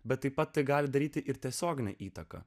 bet taip pat gali daryti ir tiesioginę įtaką